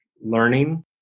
learning